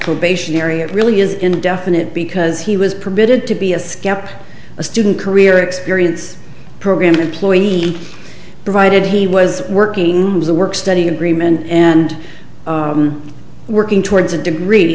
probationary it really is indefinite because he was permitted to be a scamp a student career experience program employee provided he was working as a work study agreement and working towards a degree